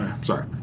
sorry